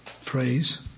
phrase